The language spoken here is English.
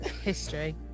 history